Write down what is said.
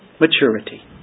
maturity